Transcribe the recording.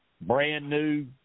brand-new